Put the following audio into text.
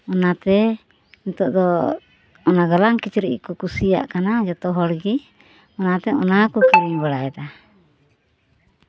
ᱚᱱᱟᱛᱮ ᱱᱤᱛᱳᱜ ᱫᱚ ᱚᱱᱟ ᱜᱟᱞᱟᱝ ᱠᱤᱪᱨᱤᱡ ᱜᱮᱠᱚ ᱠᱩᱥᱤᱭᱟᱜ ᱠᱟᱱᱟ ᱡᱚᱛᱚ ᱦᱚᱲ ᱜᱮ ᱚᱱᱟ ᱛᱮ ᱚᱱᱟ ᱜᱮᱠᱚ ᱠᱤᱨᱤᱧ ᱵᱟᱲᱟᱭ ᱮᱫᱟ